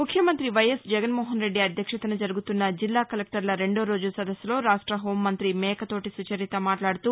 ముఖ్యమంతి వైఎస్ జగన్మోహన్రెడ్డి అధ్యక్షతన జరుగుతున్న జిల్లా కలెక్టర్ల రెండో రోజు సదస్సులో రాక్ష హోంమంతి మేకతోటి సుచరిత మాట్లాడుతూ